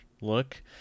look